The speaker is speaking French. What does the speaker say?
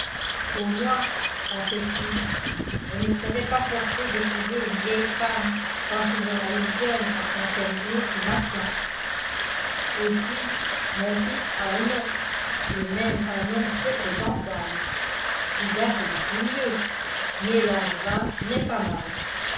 au moins pensait-il je ne serai pas forcé d'épouser une vieille femme quand il y en a une jeune à fontainebleau qui m'attend et puis mon fils a un nom et même un nom très présentable fougas est beaucoup mieux mais langevin n'est pas mal